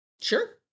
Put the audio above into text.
Sure